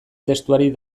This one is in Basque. testuari